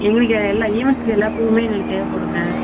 எங்களுக்கு எல்லா ஈவென்ட்ஸ்க்கு எல்லா பூவுமே எங்களுக்கு தேவைப்படுங்க